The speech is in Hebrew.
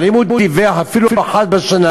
אבל אם הוא דיווח אפילו אחת לשנה,